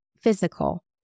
physical